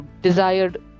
desired